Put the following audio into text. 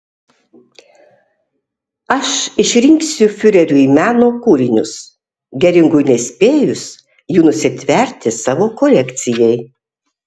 aš išrinksiu fiureriui meno kūrinius geringui nespėjus jų nusitverti savo kolekcijai